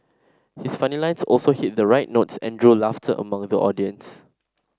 his funny lines also hit the right notes and drew laughter among the audience